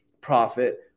profit